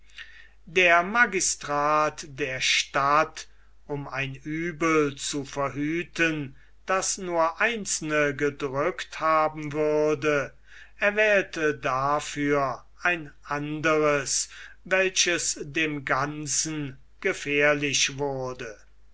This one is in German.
der magistrat der stadt um ein uebel zu verhüten das nur einzelne gedrückt haben würde erwählte dafür ein anderes welches dem ganzen gefährlich wurde